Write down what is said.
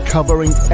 Covering